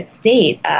state